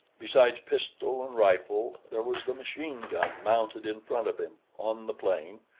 besides pistol and rifle, there was the machine-gun mounted in front of him on the plane,